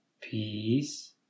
Peace